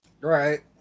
right